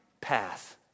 path